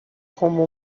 como